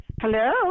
Hello